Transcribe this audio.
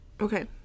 Okay